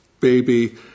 baby